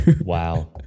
wow